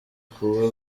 kubo